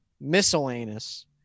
miscellaneous